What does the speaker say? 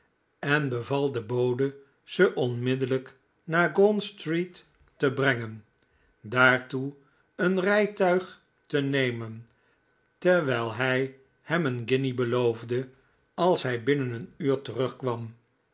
en beval den bode ze onmiddellijk naar gaunt street te brengen daartoe een rijtuig te nemen terwijl hij hem een guinje beloofde als hij binnen een uur terugkwam